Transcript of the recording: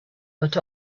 but